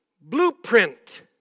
blueprint